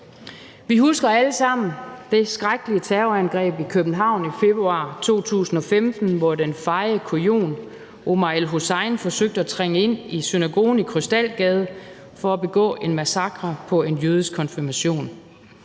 Vi husker alle sammen det skrækkelige terrorangreb i København i februar 2015, hvor den feje kujon Omar El-Hussein forsøgte at trænge ind i synagogen i Krystalgade for at begå en massakre på en jødisk konfirmation.